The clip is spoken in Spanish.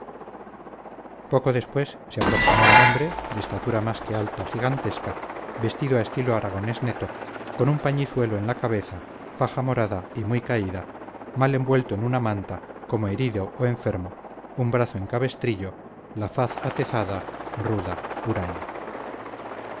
poco después se aproximó un hombre de estatura más que alta gigantesca vestido a estilo aragonés neto con su pañizuelo en la cabeza faja morada y muy caída mal envuelto en una manta como herido o enfermo un brazo en cabestrillo la faz atezada ruda huraña